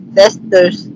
testers